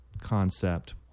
concept